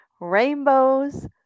rainbows